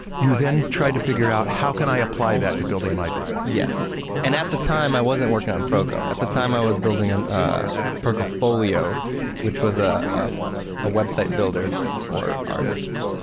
you then try to figure out how can i apply that to building my business. stan yes and at the time i wasn't working on proko at the time i was building an, ah, a proko folio which was ah a website builder for artists.